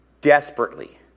desperately